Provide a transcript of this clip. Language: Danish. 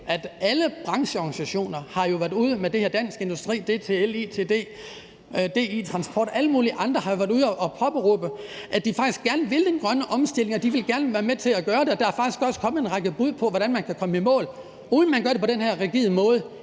at alle brancheorganisationer jo har været ude med det her. Dansk Industri, DTL, ITD, DI Transport og alle mulige andre har jo været ude at påpege, at de faktisk gerne vil den grønne omstilling, og at de gerne vil være med til at gøre det. Der er faktisk også kommet en række bud på, hvordan man kan komme i mål, uden at man gør det på den her rigide måde,